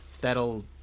that'll